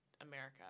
America